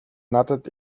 надад